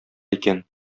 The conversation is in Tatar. икән